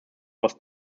was